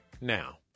now